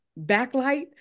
backlight